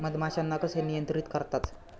मधमाश्यांना कसे नियंत्रित करतात?